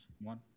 One